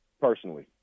personally